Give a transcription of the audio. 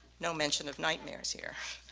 no mention of nightmares here.